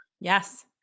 Yes